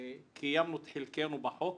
קיימנו את חלקנו בחוק,